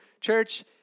church